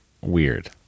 weird